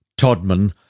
Todman